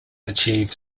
achieve